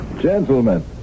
Gentlemen